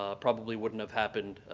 ah probably wouldn't have happened,